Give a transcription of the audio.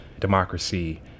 democracy